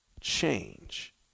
change